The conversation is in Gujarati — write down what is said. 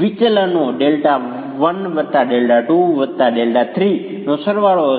વિચલનો Δ1 Δ2 Δ3 નો સરવાળો હશે